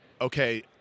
okay